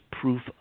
proof